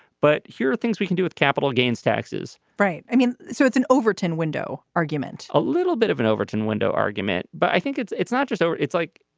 but here are things we can do with capital gains taxes right. i mean so it's an overton window argument a little bit of an overton window argument but i think it's it's not just so it's like